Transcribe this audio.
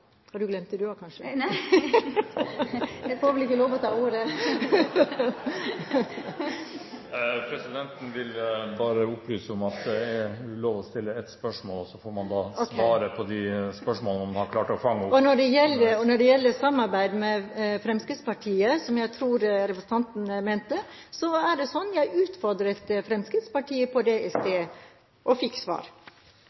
Har du glemt det du også, kanskje? Nei, men eg får vel ikkje lov å ta ordet. Presidenten vil bare opplyse om at det er lov å stille ett spørsmål, og så får man svare på de spørsmålene man har klart å fange opp. Når det gjelder samarbeid med Fremskrittspartiet, som jeg tror representanten mente, er det sånn at jeg utfordret Fremskrittspartiet på det i